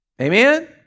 Amen